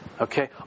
Okay